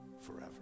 forever